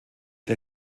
der